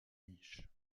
niches